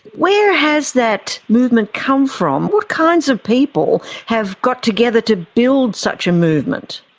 where has that movement come from? what kinds of people have got together to build such a movement?